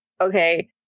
Okay